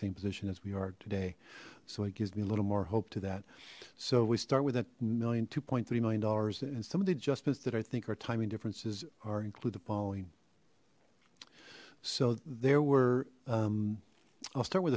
same position as we are today so it gives me a little more hope to that so we start with that million two three million dollars and some of the adjustments that i think our timing differences are include the following so there were i'll start with